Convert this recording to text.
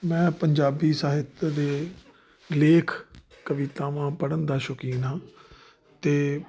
ਮੈਂ ਪੰਜਾਬੀ ਸਾਹਿਤ ਦੇ ਲੇਖ ਕਵਿਤਾਵਾਂ ਪੜ੍ਹਨ ਦਾ ਸ਼ੌਕੀਨ ਹਾਂ ਅਤੇ